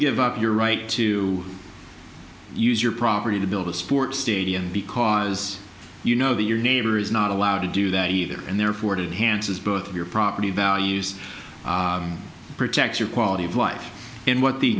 give up your right to use your property to build a sports stadium because you know that your neighbor is not allowed to do that either and therefore did hans's both of your property values to protect your quality of life and what the